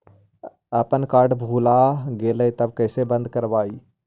अपन कार्ड भुला गेलय तब कैसे बन्द कराइब?